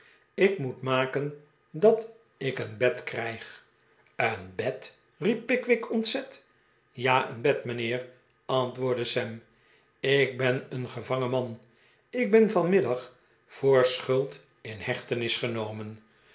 ik moet maken dat ik een bed krijg een bed riep pickwick ontzet ja een bed mijnheer antwoordde sam ik ben een gevangen man ik ben vanmiddag voor schuld in hechtenis genomen